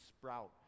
sprout